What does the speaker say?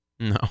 No